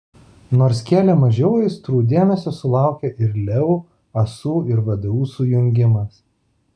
nors kėlė mažiau aistrų dėmesio sulaukė ir leu asu ir vdu sujungimas